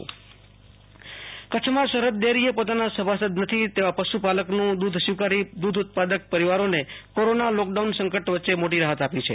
Ashutosh Antani Kutch Sarhad dairy પશુ દાણ કચ્છમાં સરહદ ડેરી એ પોતાના સભાસદ નથી તેવા પશુપાલકનું દૂધ સ્વીકારી દુધ ઉત્પાદ્ક પરિવારો ને કોરોના લોક્ ડાઉન સંકટ વચ્ચે મોટી રાહત આપી છે